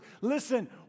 listen